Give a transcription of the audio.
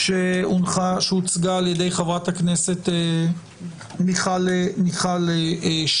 שהוצגה על ידי חברת הכנסת מיכל שיר.